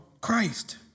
Christ